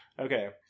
Okay